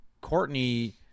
Courtney